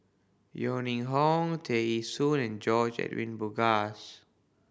Yeo Ning Hong Tear Ee Soon and George Edwin Bogaars